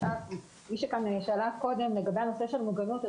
עלתה השאלה קודם לגבי הנושא של מוגנות.